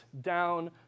down